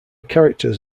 characters